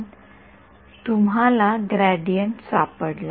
विद्यार्थीः ग्रेडियंट तुम्हाला ग्रेडियंट सापडला